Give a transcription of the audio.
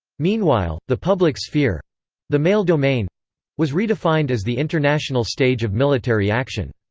meanwhile, the public sphere the male domain was redefined as the international stage of military action.